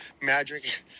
magic